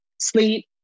sleep